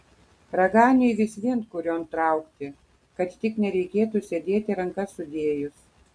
raganiui vis vien kurion traukti kad tik nereikėtų sėdėti rankas sudėjus